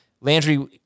Landry